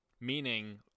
meaning